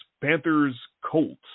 Panthers-Colts